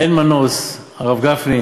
שאין מנוס, הרב גפני,